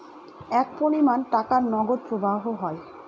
এক পরিমান টাকার নগদ প্রবাহ হয়